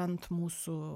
ant mūsų